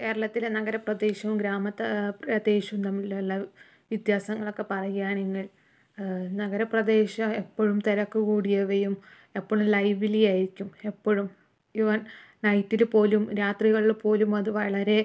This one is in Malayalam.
കേരളത്തിലെ നഗരപ്രദേശവും ഗ്രാമത്ത ത്തെ ദേശവും തമ്മിലുള്ള വിത്യാസങ്ങളൊക്കെ പറയാണെങ്കിൽ നഗരപ്രദേശം എപ്പോഴും തിരക്ക് കൂടിയവയും എപ്പോഴും ലൈവ്ലി ആയിരിക്കും എപ്പോഴും ഇവൺ നൈറ്റില് പോലും രാത്രികളില് പോലും അത് വളരെ